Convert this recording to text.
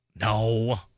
no